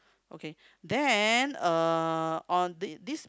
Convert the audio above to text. okay then uh on the this